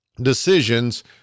decisions